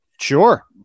Sure